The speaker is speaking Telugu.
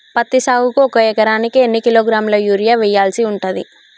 పత్తి సాగుకు ఒక ఎకరానికి ఎన్ని కిలోగ్రాముల యూరియా వెయ్యాల్సి ఉంటది?